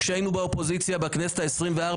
כשהייתי באופוזיציה בכנסת ה-24,